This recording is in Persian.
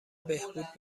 بهبود